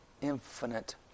infinite